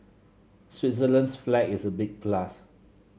Switzerland's flag is a big plus